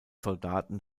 soldaten